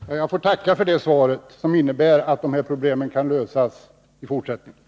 Herr talman! Jag tackar för det svaret, som innebär att de nuvarande problemen kommer att kunna lösas.